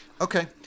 Okay